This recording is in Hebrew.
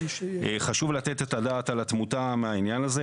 חשוב לתת את הדעת על התמותה מהעניין הזה.